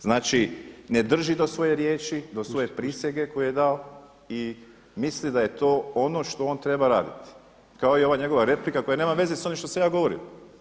Znači, ne drži do svoje riječi, do svoje prisege koju je dao i misli da je to ono što on treba raditi kao i ova njegova replika koja nema veze s ovim što sam ja govorio.